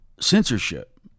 censorship